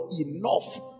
enough